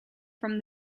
from